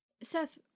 seth